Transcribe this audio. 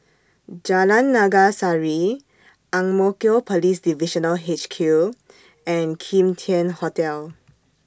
Jalan Naga Sari Ang Mo Kio Police Divisional H Q and Kim Tian Hotel